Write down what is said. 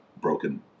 broken